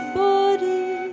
body